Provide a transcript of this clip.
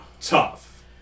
tough